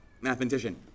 mathematician